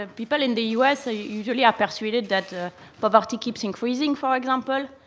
ah people in the usa usually are persuaded that poverty keeps increasing, for example.